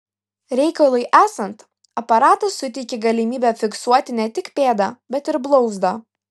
reikalui esant aparatas suteikia galimybę fiksuoti ne tik pėdą bet ir blauzdą